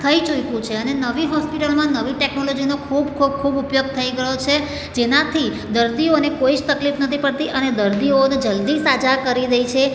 થઈ ચૂક્યું છે અને નવી હોસ્પિટલમાં નવી ટેક્નોલોજીનો ખૂબ ખૂબ ખૂબ ઉપયોગ થઈ રહ્યો છે જેનાથી દર્દીઓને કોઈ જ તકલીફ નથી પડતી અને દર્દીઓને જલદી સાજા કરી દે છે